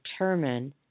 determine